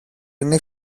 είναι